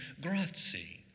Grazie